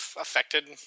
affected